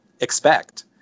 expect